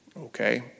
Okay